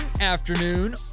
afternoon